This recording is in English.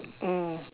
mm